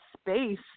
space